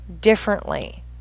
differently